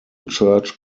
church